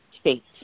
states